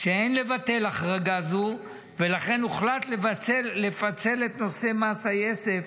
שאין לבטל החרגה זו ולכן הוחלט לפצל את נושא מס היסף